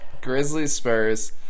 Grizzlies-Spurs